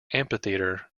amphitheater